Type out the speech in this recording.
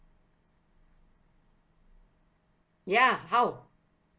ya how